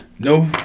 No